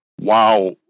wow